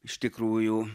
iš tikrųjų